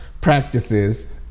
practices